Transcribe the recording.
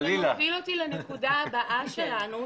זה מוביל אותי לנקודה הבאה שלנו.